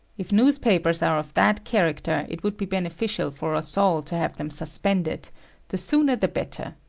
if newspapers are of that character, it would be beneficial for us all to have them suspended the sooner the better.